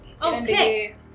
Okay